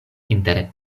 inter